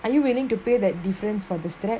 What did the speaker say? are you willing to pay that difference for the strap